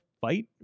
fight